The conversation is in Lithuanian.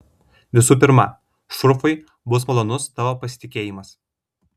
visų pirma šurfui bus malonus tavo pasitikėjimas